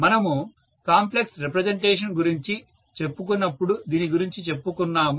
మనము complex representation గురించి చెప్పుకున్నప్పుడు దీని గురించి చెప్పుకున్నాము